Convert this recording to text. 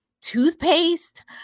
toothpaste